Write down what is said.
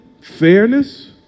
fairness